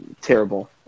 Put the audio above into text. terrible